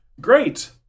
Great